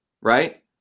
right